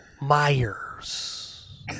Myers